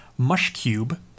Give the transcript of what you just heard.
Mushcube